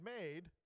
made